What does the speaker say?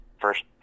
first